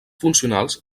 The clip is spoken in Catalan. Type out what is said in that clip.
funcionals